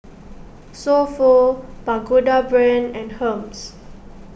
So Pho Pagoda Brand and Hermes